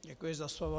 Děkuji za slovo.